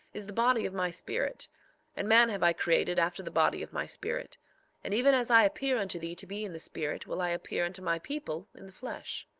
is the body of my spirit and man have i created after the body of my spirit and even as i appear unto thee to be in the spirit will i appear unto my people in the flesh.